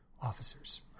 officers